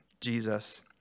Jesus